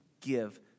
give